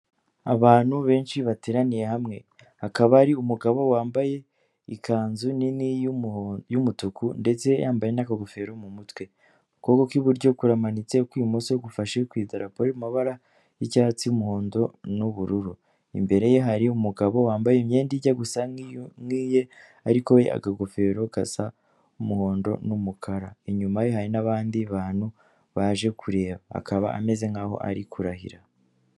Abantu benshi bateraniye hamwe, akaba ari umugabo wambaye ikanzu nini y'umutuku ndetse yambaye n'akagofero mu mutwe, ukuboko kw'iburyo kuramanitse ukwibumoso gufashe kwidarapo ry'ibara y'icyatsi'umuhondo nubururu imbere ye hari umugabo wambaye imyenda ijya gusa nkiye ariko akagofero gasa umuhondo n'umukara inyuma ye hari nabandi bantu baje kureba, akaba ameze nkaho ari kurahira